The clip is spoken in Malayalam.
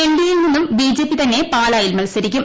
എൻ ഡി എ യിൽ നിന്നും ബിജെപി തന്നെ പാലായിൽ മൽസരിക്കും